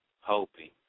hoping